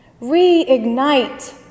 reignite